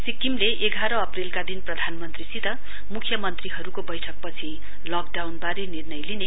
सिक्किमले एघार अप्रेलका दिन प्रधानमन्त्रीसित मुख्य मन्त्रीहरूको बैठकपछि लकडाउनबारे निर्णय लिने